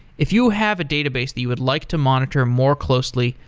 if you have a database that you would like to monitor more closely,